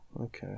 Okay